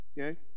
okay